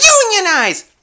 Unionize